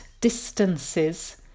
distances